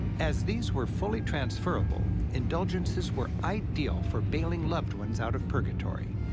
as these were fully transferable, indulgences were ideal for bailing loved ones out of purgatory.